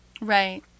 Right